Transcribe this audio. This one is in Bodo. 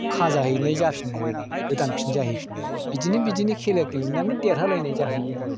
खाजाहैनाय जाफिनलायबाय नै गोदान फिन जाहैफिनो बिदिनो खेला गेलेनानै देरहालायनाय जाहैयो आरो